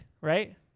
right